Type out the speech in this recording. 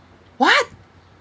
what